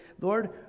Lord